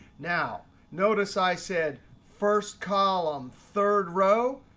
now notice i said first column, third row.